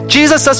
Jesus